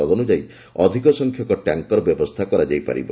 ତଦନୁଯାୟୀ ଅଧିକ ସଂଖ୍ୟକ ଟ୍ୟାଙ୍କର ବ୍ୟବସ୍ଥା କରାଯାଇ ପାରିବ